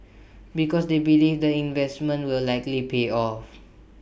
because they believe the investment will likely pay off